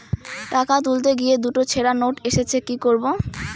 টাকা তুলতে গিয়ে দুটো ছেড়া নোট এসেছে কি করবো?